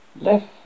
left